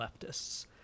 leftists